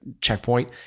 checkpoint